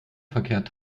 verkehrt